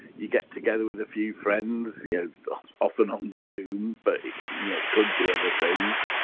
you get together with a few friends, you're often on zoom but yeah it could be other things.